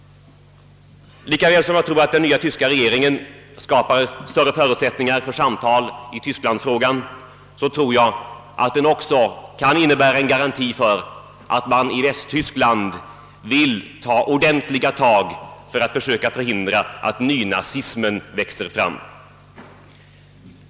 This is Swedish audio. Lika väl som jag tror att den nya tyska regeringen skapar större förutsättningar för samtal om tysklandsfrågan, tror jag också att den kan innebära en garanti för att man i Västtyskland vill ta ordentliga tag för att försöka förhindra att nynazismen växer fram.